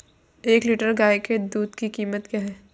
एक लीटर गाय के दूध की कीमत क्या है?